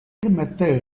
embedded